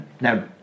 Now